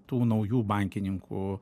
tų naujų bankininkų